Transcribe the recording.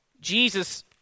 Jesus